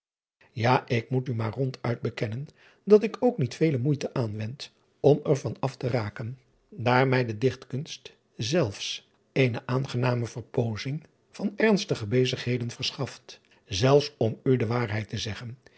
a ik moet u maar ronduit bekennen dat ik ook niet vele moeite aanwend om er van af te raken daar mij de ichtkunst zelfs eene aangename verpoozing van ernstiger bezigheden verschaft zelfs om u de waarheid te zeggen